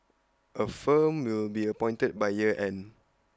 A firm will be appointed by year end